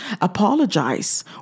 Apologize